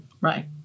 Right